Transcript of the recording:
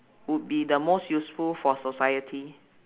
would be the most useful for society